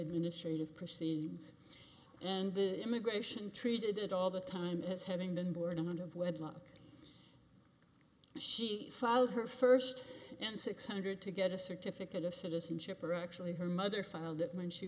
administrative proceedings and the immigration treated it all the time as having been born out of wedlock she filed her first in six hundred to get a certificate of citizenship or actually her mother filed it when she